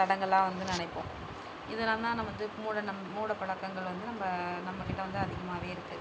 தடங்கலாக வந்து நினைப்போம் இதனால் தான் நம்ம வந்து மூட நம் மூடப் பழக்கங்கள் வந்து நம்ம நம்மகிட்ட வந்து அதிகமாகவே இருக்குது